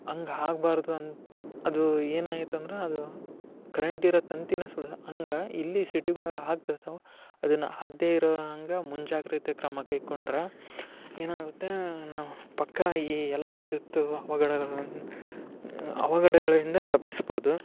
ಹಂಗ್ ಆಗಬಾರ್ದು ಅಂತ ಅದೂ ಏನಾಗೈತ್ ಅಂದ್ರೆ ಅದು ಕರೆಂಟ್ ಇರೋ ತಂತಿನೇ ಸುಡ ಹಂಗ ಇಲ್ಲಿ ಸಿಟಿಗುಳಗೆ ಆಗ್ತಿರ್ತಾವೆ ಅದನ್ನು ಆಗದೆ ಇರೋ ಹಂಗ ಮುಂಜಾಗ್ರತೆ ಕ್ರಮ ಕೈಗೊಂಡ್ರೆ ಏನಾಗತ್ತೆ ನಮ್ಮ ಪಕ್ಕ ಈ ಎಲ್ಲ ವಿದ್ಯುತ್ತು ಅವಘಡಗಳು ಅವಘಡಗಳಿಂದ ತಪ್ಪಿಸ್ಬೋದು